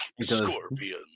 Scorpion